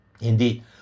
Indeed